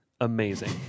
amazing